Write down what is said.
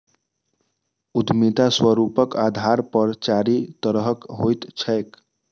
उद्यमिता स्वरूपक आधार पर चारि तरहक होइत छैक